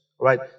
right